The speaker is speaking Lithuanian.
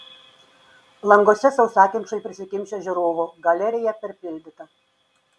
languose sausakimšai prisikimšę žiūrovų galerija perpildyta